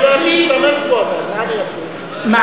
לי יש, אבל אני לא יודע להשתמש בו.